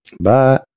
Bye